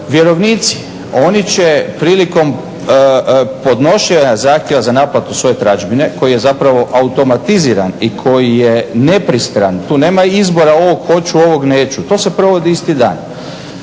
Vjerovnici oni će prilikom podnošenja zahtjeva za naplatu svoje tražbine koji je zapravo automatiziran i koji je nepristran, tu nema izbora ovo hoću, ovo neću, to se provodi isti dan.